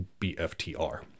bftr